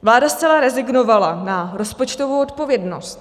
Vláda zcela rezignovala na rozpočtovou odpovědnost.